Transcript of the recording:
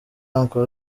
uncle